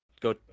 go